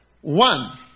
One